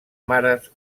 mares